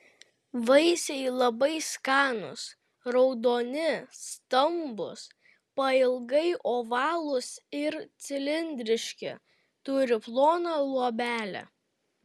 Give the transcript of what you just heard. vaisiai labai skanūs raudoni stambūs pailgai ovalūs ir cilindriški turi ploną luobelę